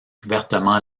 ouvertement